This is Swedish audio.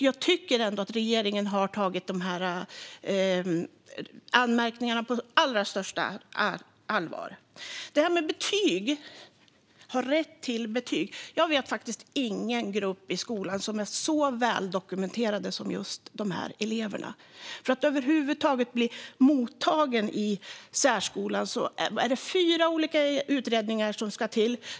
Jag tycker ändå att regeringen har tagit dessa anmärkningar på allra största allvar. Sedan var det frågan om att ha rätt till betyg. Jag vet faktiskt ingen grupp i skolan som är så väldokumenterad som just dessa elever. För att över huvud taget bli mottagen i särskolan ska fyra olika utredningar göras.